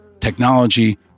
technology